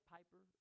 Piper